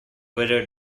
whether